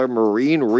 marine